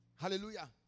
Hallelujah